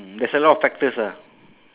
there's a lot of factors ah